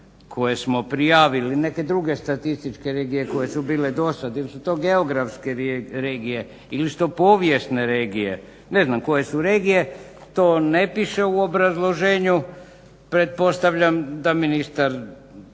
koje smo prijavili, neke druge statističke regije koje su bile do sad ili su to geografske regije, ili su to povijesne regije? Ne znam koje su regije, to ne piše u obrazloženju, pretpostavljam da ministar